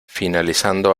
finalizando